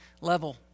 level